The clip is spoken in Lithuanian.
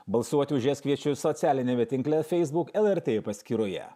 balsuoti už jas kviečiu socialiniame tinkle facebook lrt paskyroje